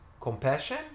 compassion